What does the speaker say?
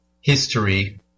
history